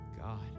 God